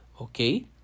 okay